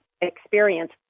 experience